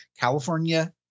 California